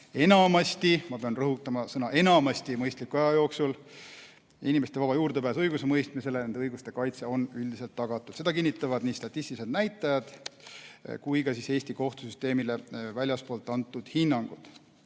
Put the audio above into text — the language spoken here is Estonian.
– ma pean rõhutama sõna "enamasti" – mõistliku aja jooksul ja inimeste vaba juurdepääs õigusemõistmisele. Nende õiguste kaitse on üldiselt tagatud, seda kinnitavad nii statistilised näitajad kui ka Eesti kohtusüsteemile väljastpoolt antud hinnangud.